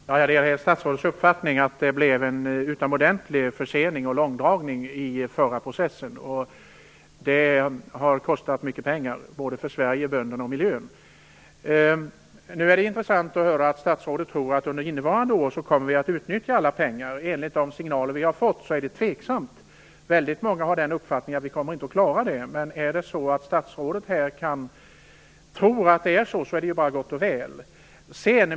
Fru talman! Jag delar helt statsrådets uppfattning att det blev en utomordentlig försening och långdragning i den förra processen. Det kostade mycket pengar för Sverige, för bönderna och för miljön. Det är intressant att höra att statsrådet tror att alla pengar kommer att utnyttjas under innevarande år. Enligt de signaler som har getts är detta nämligen tveksamt. Väldigt många har uppfattningen att vi inte kommer att klara detta. Men om statsrådet tror att det går så är det ju bara gott och väl.